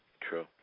True